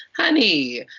honey!